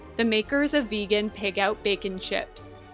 the makers of vegan pigout bacon chips.